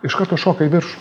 iš karto šoka į viršų